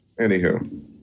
anywho